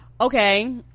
Okay